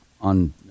on